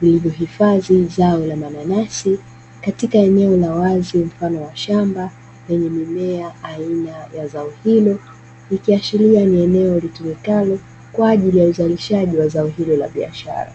vilivyohifadhi zao aina la mananasi katika eneo la wazi mfano wa shamba, lenye mimea aina ya zao hilo. Ikiashiria ni eneo litumikalo kwa ajili ya uzalishaji wa zao hilo la biashara.